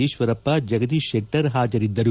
ಈಶ್ವರಪ್ಪ ಜಗದೀಶ್ ಶೆಟ್ಟರ್ ಹಾಜರಿದ್ದರು